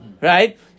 Right